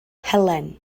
helen